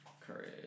Courage